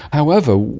however,